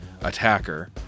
attacker